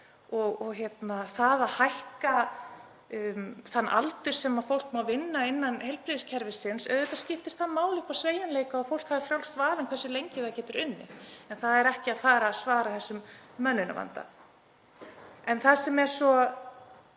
á. Það að hækka þann aldur sem fólk má vinna innan heilbrigðiskerfisins — auðvitað skiptir það máli upp á sveigjanleika að fólk hafi frjálst val um hversu lengi það getur unnið — er ekki að fara að svara þessum mönnunarvanda. Það sem er svo